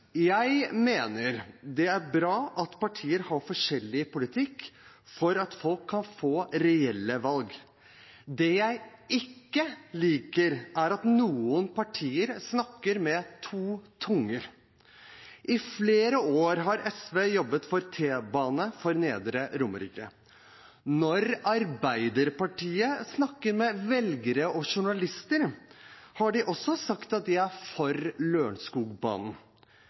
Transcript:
Jeg mener det er bra at partier har forskjellig politikk, slik at folk har reelle valg. Det jeg ikke liker, er at noen partier snakker med to tunger. I flere år har SV jobbet for T-bane for Nedre Romerike. Når Arbeiderpartiet snakker med velgere og journalister, har de også sagt at de er for